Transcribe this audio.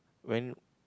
when